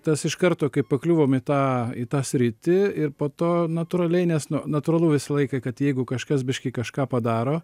tas iš karto kai pakliuvom į tą į tą sritį ir po to natūraliai nes nu natūralu visą laiką kad jeigu kažkas biškį kažką padaro